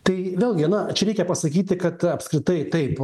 tai vėlgi na čia reikia pasakyti kad apskritai taip